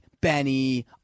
Benny